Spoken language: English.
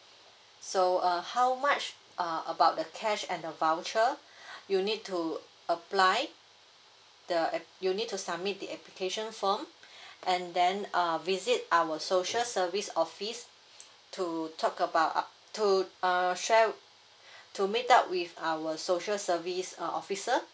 so uh how much uh about the cash and the voucher you need to apply the um you need to submit the application form and then uh visit our social service office to talk about uh to err share to meet up with our social service uh officer